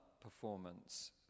performance